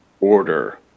order